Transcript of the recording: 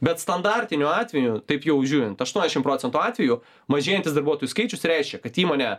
bet standartiniu atveju taip jau žiūrint aštuoniasdešimt procentų atvejų mažėjantis darbuotojų skaičius reiškia kad įmonė